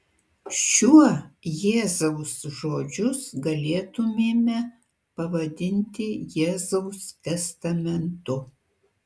šiuo jėzaus žodžius galėtumėme pavadinti jėzaus testamentu